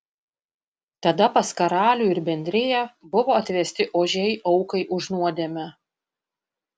tada pas karalių ir bendriją buvo atvesti ožiai aukai už nuodėmę